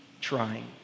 trying